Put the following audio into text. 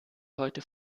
heute